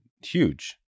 huge